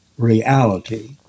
reality